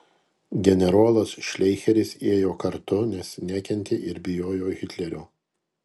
generolas šleicheris ėjo kartu nes nekentė ir bijojo hitlerio